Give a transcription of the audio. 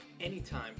anytime